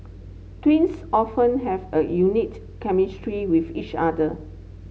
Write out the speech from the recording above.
twins often have a unique chemistry with each other